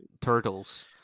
turtles